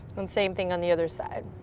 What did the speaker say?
and same thing on the other side.